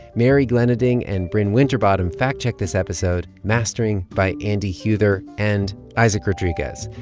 mary glendinning and brin winterbottom fact-checked this episode. mastering by andy huether and isaac rodriguez,